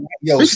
yo